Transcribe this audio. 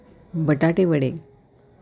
बटाटे वडे